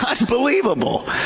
Unbelievable